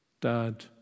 Dad